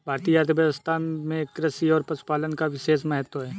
भारतीय अर्थव्यवस्था में कृषि और पशुपालन का विशेष महत्त्व है